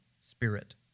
spirit